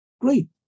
Great